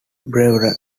brewer